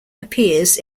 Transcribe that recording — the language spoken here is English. appears